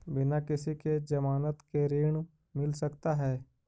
बिना किसी के ज़मानत के ऋण मिल सकता है?